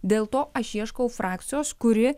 dėl to aš ieškau frakcijos kuri